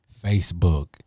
facebook